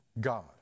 God